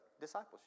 discipleship